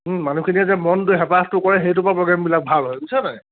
মানুহখিনিয়ে যে মনটো হেঁপাহটো কৰে সেইটোৰপৰা প্ৰগ্ৰেমবিলাক ভাল হয় শুনিছা নাই